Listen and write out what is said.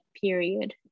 period